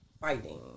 fighting